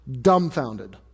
dumbfounded